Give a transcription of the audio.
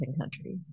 country